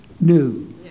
new